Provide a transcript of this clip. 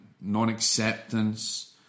non-acceptance